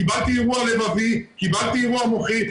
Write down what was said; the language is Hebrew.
קיבלתי אירוע לבבי' 'קיבלתי אירוע מוחי',